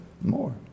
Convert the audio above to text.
more